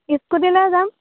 scooty লৈ যাম